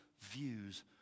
views